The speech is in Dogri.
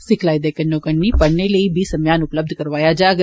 सिखलाई दे कन्नो कन्नी पढ़ने लेई बी समेयान उपलब्ध करौआया जाग